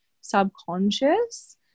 subconscious